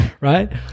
right